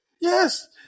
Yes